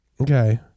okay